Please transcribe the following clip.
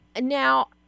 now